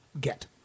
get